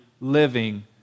living